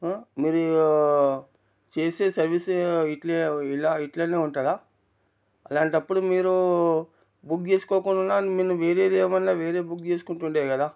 మీరు చేసే సర్వీసు ఇట్లే ఇలా ఇలానే ఉంటుందా అలాంటప్పుడు మీరు బుక్ చేసుకోకుండున్నా నేను వేరేదేమైనా వేరే బుక్ చేసుకుంటుండేది కదా